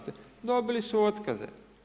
Dobili su otkaze.